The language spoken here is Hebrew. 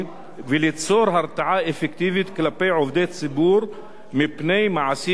וליצור הרתעה אפקטיבית כלפי עובדי ציבור מפני מעשים